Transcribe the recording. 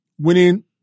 winning